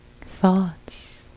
thoughts